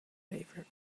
favorite